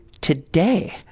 today